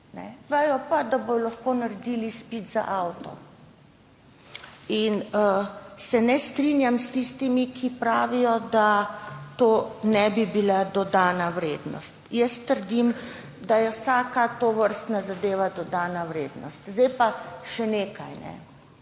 vejo pa, da bodo lahko naredili izpit za avto. Ne strinjam se s tistimi, ki pravijo, da to ne bi bila dodana vrednost. Jaz trdim, da je vsaka tovrstna zadeva dodana vrednost. Zdaj pa še nekaj